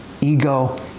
ego